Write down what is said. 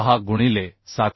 6 गुणिले 714